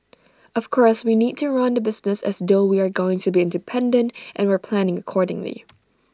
of course we need to run the business as though we're going to be independent and we're planning accordingly